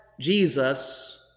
Jesus